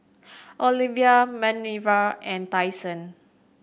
Olivia Manerva and Tyson